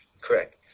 Correct